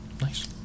Nice